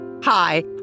Hi